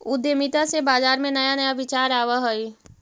उद्यमिता से बाजार में नया नया विचार आवऽ हइ